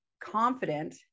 confident